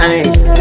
ice